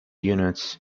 units